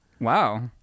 Wow